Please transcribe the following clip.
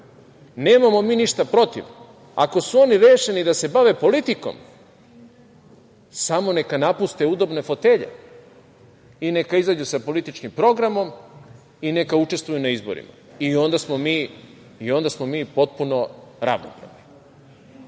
Fiskalnog saveta. Ako su oni rešeni da se bave politikom, samo neka napuste udobne fotelje i neka izađu sa političkim programom i neka učestvuju na izborima i onda smo mi potpuno ravnopravni.